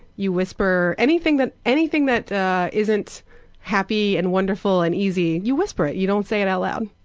you whisper anything that anything that isn't happy and wonderful and easy, you whisper it, you don't say it out loud.